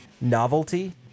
novelty